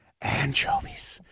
anchovies